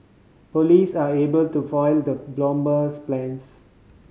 police are able to foil the bomber's plans